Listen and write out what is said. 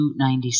$297